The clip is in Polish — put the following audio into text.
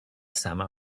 sama